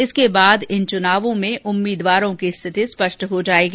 इसके बाद इन चुनावों में उम्मीद्वारों की स्थिति स्पष्ट हो जायेगी